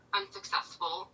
unsuccessful